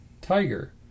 tiger